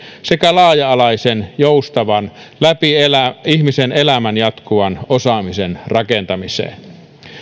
sekä laaja alaisen joustavan läpi ihmisen elämän jatkuvan osaamisen rakentamiseen